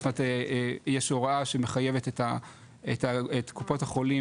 זאת אומרת יש הוראה שמחייבת את קופות החולים